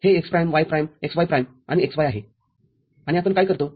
हे x prime y prime x y prime आणि xy आहे आणि आपण काय करतो